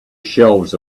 shelves